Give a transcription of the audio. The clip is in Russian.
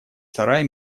сарай